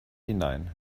hinein